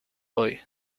hoy